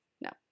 No